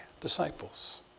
disciples